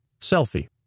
selfie